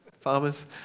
farmers